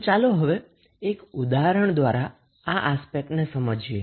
તો ચાલો હવે આપણે એક ઉદાહરણ દ્વારા આ આસ્પેક્ટને સમજીએ